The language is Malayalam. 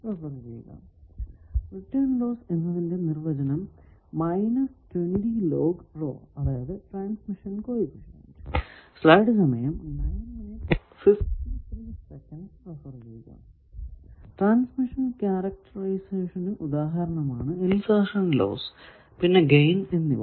റിട്ടേൺ ലോസ് എന്നതിന്റെ നിർവചനം മൈനസ് 20 ലോഗ് റോ അതായതു ട്രാൻസ്മിഷൻ കോ എഫിഷ്യന്റ് ട്രാൻസ്മിഷൻ ക്യാരക്ടറായിസേഷന് ഉദാഹരണമാണ് ഇൻസെർഷൻ ലോസ് പിന്നെ ഗൈൻ എന്നിവ